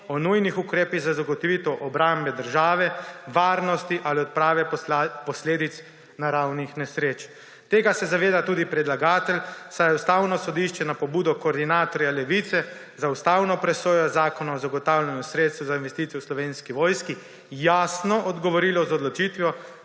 o nujnih ukrepih za zagotovitev obrambe države, varnosti ali odprave posledic naravnih nesreč. Tega se zaveda tudi predlagatelj, saj je Ustavno sodišče na pobudo koordinatorja Levice za ustavno presojo Zakona o zagotavljanju sredstev za investicije v Slovenski vojski jasno odgovorilo z odločitvijo,